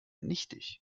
nichtig